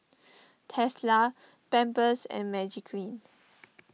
Tesla Pampers and Magiclean